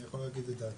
אני יכול להגיד את דעתי.